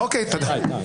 תודה רבה.